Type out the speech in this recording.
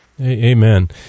Amen